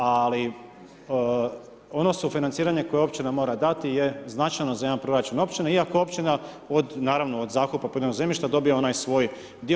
Ali ono sufinanciranje koje općina mora dati jer značajno za jedan proračun općine iako općina od naravno, od zakupa poljoprivrednog zemljišta dobiva onaj svoj dio.